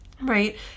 right